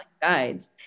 guides